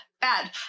bad